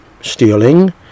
stealing